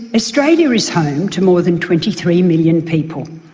australia is home to more than twenty three million people.